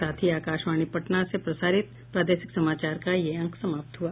इसके साथ ही आकाशवाणी पटना से प्रसारित प्रादेशिक समाचार का ये अंक समाप्त हुआ